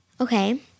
Okay